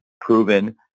proven